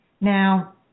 Now